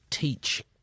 teach